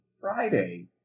Friday